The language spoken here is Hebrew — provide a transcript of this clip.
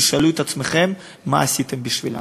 תשאלו את עצמכם מה עשיתם בשבילם.